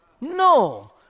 No